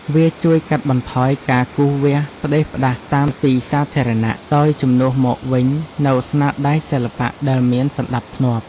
វាជួយកាត់បន្ថយការគូរវាសផ្ដេសផ្ដាស់តាមទីសាធារណៈ ដោយជំនួសមកវិញនូវស្នាដៃសិល្បៈដែលមានសណ្ដាប់ធ្នាប់។